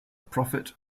prophet